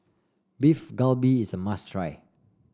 Beef Galbi is a must try